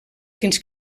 fins